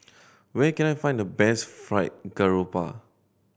where can I find the best Fried Garoupa